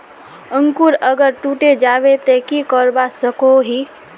अंकूर अगर टूटे जाबे ते की करवा सकोहो ही?